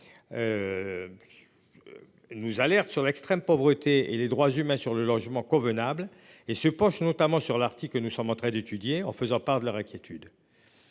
Nous alertent sur l'extrême pauvreté et les droits humains sur le logement convenable et se penche notamment sur l'Arctique. Nous sommes en train d'étudier en faisant part de leur inquiétude.